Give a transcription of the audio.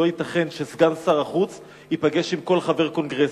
שלא ייתכן שסגן שר החוץ ייפגש עם כל חבר קונגרס.